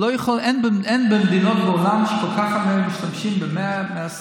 אין במדינות העולם כל כך הרבה שמשתמשים ב-120